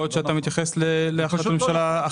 יכול להיות שאתה מתייחס להחלטת ממשלה אחרת.